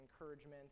encouragement